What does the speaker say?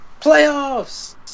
Playoffs